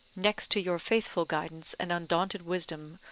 next to your faithful guidance and undaunted wisdom,